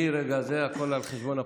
מרגע זה, הכול על חשבון הפרוטוקול.